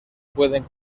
pueden